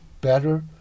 better